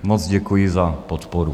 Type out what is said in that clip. Moc děkuji za podporu.